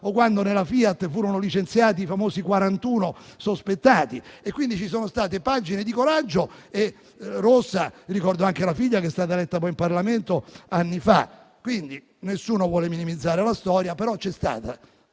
o quando nella Fiat furono licenziati i famosi 41 sospettati. Ci sono state pagine di coraggio: ricordo anche la figlia di Guido Rossa, che è stata eletta poi in Parlamento anni fa. Nessuno vuole minimizzare la storia, però c'è stata,